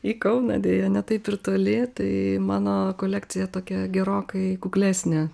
į kauną deja ne taip ir toli tai mano kolekcija tokia gerokai kuklesnė